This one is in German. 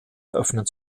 eröffnen